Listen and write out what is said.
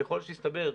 ככל שיסתבר,